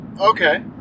okay